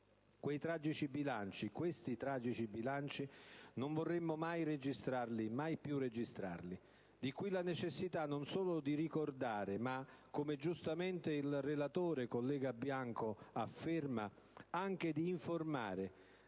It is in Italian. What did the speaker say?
Questi tragici bilanci non vorremmo registrarli mai più. Di qui scaturisce la necessità non solo di ricordare, ma - come giustamente il relatore, collega Bianco, afferma - anche di informare,